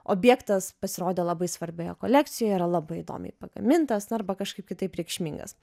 objektas pasirodė labai svarbioje kolekcijoje yra labai įdomiai pagamintas arba kažkaip kitaip reikšmingas